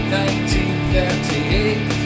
1938